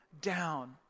down